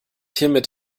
hiermit